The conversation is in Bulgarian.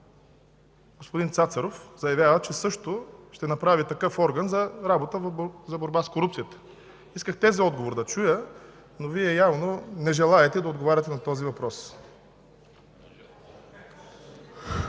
господин Цацаров заявява, че също ще направи такъв орган за работа, за борба с корупцията. Исках този отговор да чуя, но Вие явно не желаете да отговаряте на този въпрос.